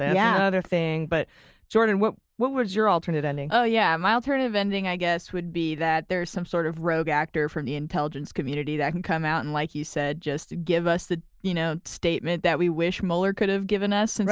yeah, that's another thing. but jordan, what what was your alternate ending? oh yeah. my alternative ending, i guess, would be that there's some sort of rogue actor from the intelligence community that can come out and like you said just give us the you know statement that we wish mueller could have given us. and